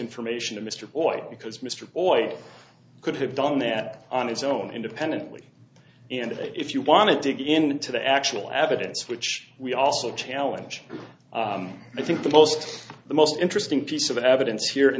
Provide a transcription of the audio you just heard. information of mr oil because mr oil could have done that on his own independently and if you want to dig into the actual evidence which we also challenge i think the most the most interesting piece of evidence here in